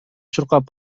чуркап